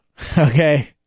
okay